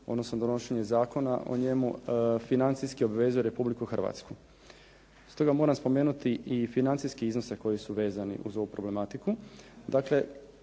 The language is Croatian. odnosno donošenje zakona o njemu financijski obvezuje Republiku Hrvatsku. Stoga moram spomenuti i financijske iznose koji su vezani uz ovu problematiku.